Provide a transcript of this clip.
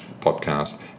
podcast